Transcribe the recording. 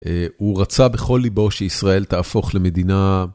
הוא רצה בכל ליבו שישראל תהפוך למדינה...